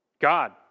God